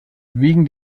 wegen